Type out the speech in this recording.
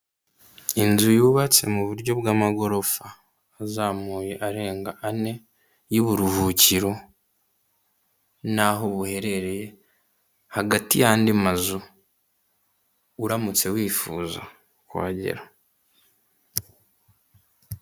inzu yubatse mu buryo bw amagorofa. izamuye arenga ane ,y'uburuhukiro naho buherereye hagati y'andi mazu uramutse wifuza kuhagera.